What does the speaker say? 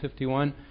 51